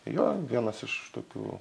jo vienas iš tokių